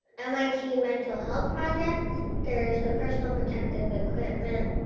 mit mental health projects. there's the personal protective equipment.